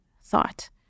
thought